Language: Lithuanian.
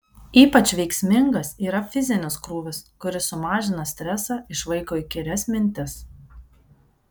ypač veiksmingas yra fizinis krūvis kuris sumažina stresą išvaiko įkyrias mintis